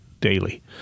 daily